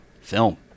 film